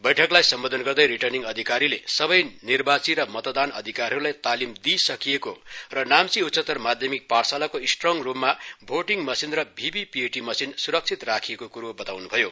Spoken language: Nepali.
बैठ्कलाई सम्बोधन गर्दै रिर्टनिङ अधिकारीले सबै निर्वाची र मतदान अधिकारीहरूलाई तालिम दिई सकिएको र नाम्ची उच्चतर माध्यमिक पाठशालाको स्ट्रङ रूममा भिटिङ मशिन र भिभि पय्ट मशिन स्रक्षित राखिएको क्रो बताउन् भयो